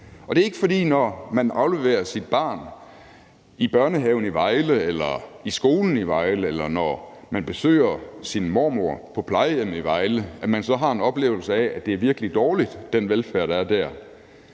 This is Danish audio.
det er ikke, fordi man, når man afleverer sit barn i børnehaven i Vejle eller i skolen i Vejle, eller når man besøger sin mormor på plejehjemmet i Vejle, så har en oplevelse af, at den velfærd, der er der,